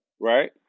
right